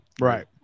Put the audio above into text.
right